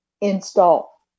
install